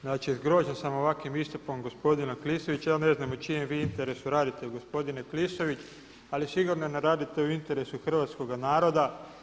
Znači zgrožen sam ovakvim istupom gospodina Klisovića, ja ne znam u čijem vi interesu radite gospodine Klisović, ali sigurno ne radite u interesu hrvatskoga naroda.